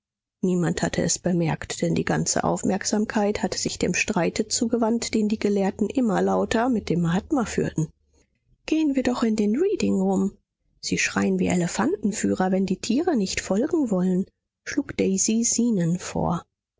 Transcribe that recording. niemand hatte es bemerkt denn die ganze aufmerksamkeit hatte sich dem streite zugewandt den die gelehrten immer lauter mit dem mahatma führten gehen wir doch in den reading room sie schreien wie elefantenführer wenn die tiere nicht folgen wollen schlug daisy zenon vor